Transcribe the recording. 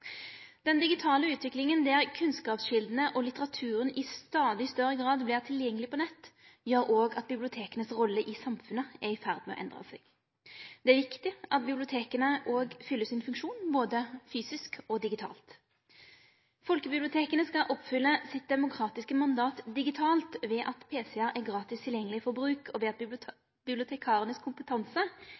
Den digitale utviklinga – det at kunnskapskjeldene og litteraturen i stadig større grad vert tilgjengeleg på nett – gjer òg at biblioteka si rolle i samfunnet er i ferd med å endre seg. Det er viktig at biblioteka fyller sin funksjon både fysisk og digitalt. Folkebiblioteka skal oppfylle sitt demokratiske mandat digitalt ved at PC-ar er gratis tilgjengelege for bruk, og ved å bruke bibliotekaranes kompetanse